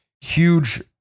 Huge